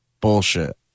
bullshit